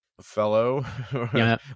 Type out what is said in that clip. fellow